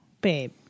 Babe